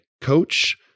Coach